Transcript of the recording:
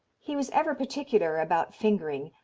he was ever particular about fingering,